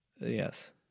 Yes